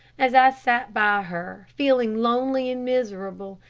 as i sat by her, feeling lonely and miserable,